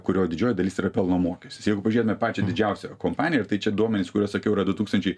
kurio didžioji dalis yra pelno mokestis jeigu pažėtume pačią didžiausią kompaniją ir tai čia duomenis kuriuos sakiau yra du tūktančiai